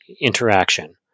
interaction